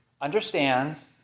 understands